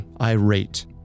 irate